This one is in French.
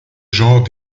genre